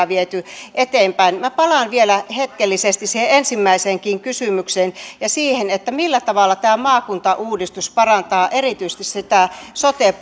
viety eteenpäin minä palaan vielä hetkellisesti siihen ensimmäiseenkin kysymykseen ja siihen millä tavalla tämä maakuntauudistus parantaa erityisesti sote